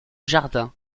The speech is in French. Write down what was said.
jardin